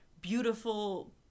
beautiful